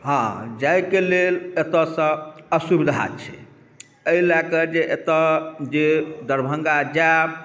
हँ जाय के लेल एतऽ सऽ असुविधा छै एहि लए कऽ जे एतऽ जे दरभंगा जायब